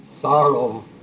sorrow